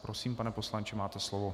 Prosím, pane poslanče, máte slovo.